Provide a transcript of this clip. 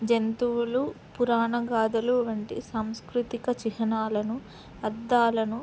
జంతువులు పురాణ గాథలు వంటి సాంస్కృతిక చిహ్నాలను అర్థాలను